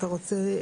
אתה רוצה